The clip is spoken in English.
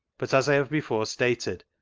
but as i have before stated,